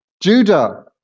Judah